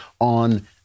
on